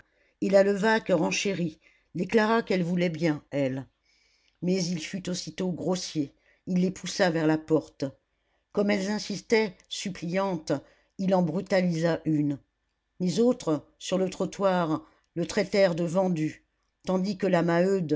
et la levaque renchérit déclara qu'elle voulait bien elle mais il fut aussitôt grossier il les poussa vers la porte comme elles insistaient suppliantes il en brutalisa une les autres sur le trottoir le traitèrent de vendu tandis que la